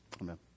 Amen